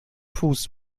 fuß